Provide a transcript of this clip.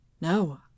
no